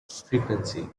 frequency